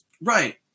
Right